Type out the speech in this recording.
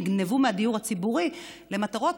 נגנבו מהדיור הציבורי למטרות,